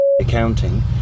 accounting